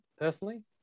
personally